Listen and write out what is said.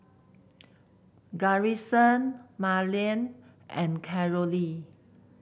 Garrison Marlen and Carolee